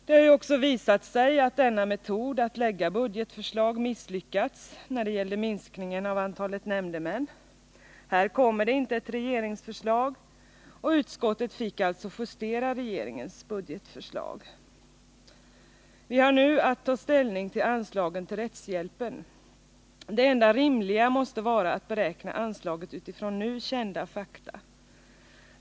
Det har ju också visat sig att denna metod att lägga fram budgetförslag misslyckats när det gäller minskningen av antalet nämndemän. Här kom det inte ett regeringsförslag, och utskottet fick alltså justera regeringens budgetförslag. Vi har nu att ta ställning i fråga om anslaget till rättshjälpen. Det enda rimliga måste vara att beräkna anslaget utifrån nu kända fakta.